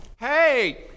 Hey